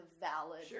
valid